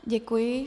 Děkuji.